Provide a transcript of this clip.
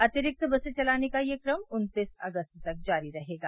अतिरिक्त बसें चलाने का यह क्रम उन्तीस अगस्त तक जारी रहेगा